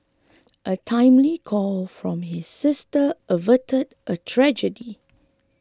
a timely call from her sister averted a tragedy